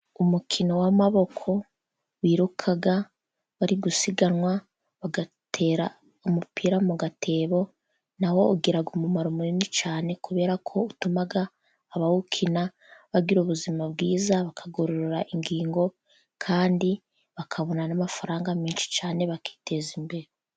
Umukino w'amaboko biruka bari gusiganwa bagatera umupira mu gatebo, na wo ugira umumaro munini cyane, kubera ko utuma abawukina bagira ubuzima bwiza, bakagorora ingingo kandi bakabona n'amafaranga menshi cyane bakiteza imbere.